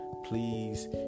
please